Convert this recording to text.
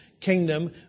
kingdom